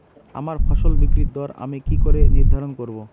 আমার ফসল বিক্রির দর আমি কি করে নির্ধারন করব?